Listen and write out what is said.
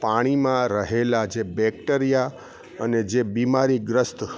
પાણીમાં રહેલા જે બેક્ટરિયા અને જે બીમારીગ્રસ્ત